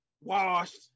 Washed